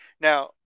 Now